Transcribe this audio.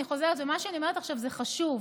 אני חוזרת ומה שאני אומרת עכשיו זה חשוב,